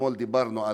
שאתמול דיברנו עליו.